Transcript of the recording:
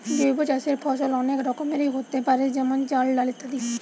জৈব চাষের ফসল অনেক রকমেরই হোতে পারে যেমন চাল, ডাল ইত্যাদি